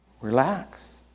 Relax